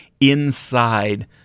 inside